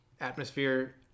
atmosphere